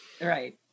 Right